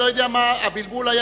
הבנתי שהיתה אי-הבנה,